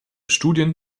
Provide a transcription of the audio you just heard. studien